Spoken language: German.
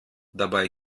dabei